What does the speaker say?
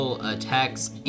attacks